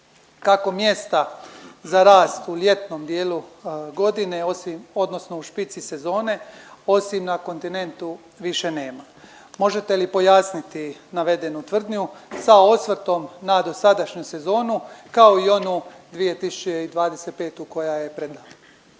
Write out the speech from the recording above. kako mjesta za rast u ljetnom dijelu godine osim odnosno u špici sezone osim na kontinentu više nema. Možete li pojasniti navedenu tvrdnju sa osvrtom na dosadašnju sezonu, kao i onu 2025. koja je pred nama?